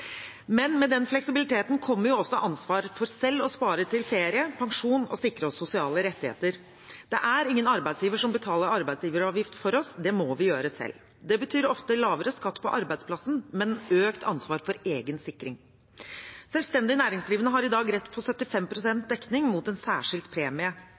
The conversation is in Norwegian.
Men med den fleksibiliteten kommer også ansvaret for selv å spare til ferie, pensjon og å sikre oss sosiale rettigheter. Det er ingen arbeidsgiver som betaler arbeidsgiveravgift for oss. Det må vi gjøre selv. Det betyr ofte lavere skatt på arbeidsplassen, men økt ansvar for egen sikring. Selvstendig næringsdrivende har i dag rett på 75 pst. dekning mot en særskilt premie.